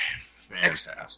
fantastic